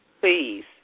Please